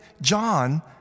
John